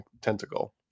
tentacle